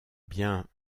bien